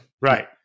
right